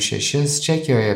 šešis čekijoje